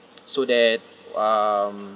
so that um